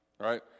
right